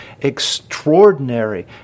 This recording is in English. extraordinary